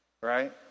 right